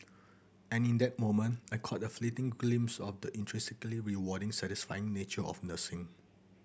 and in that moment I caught a fleeting glimpse of the intrinsically rewarding satisfying nature of nursing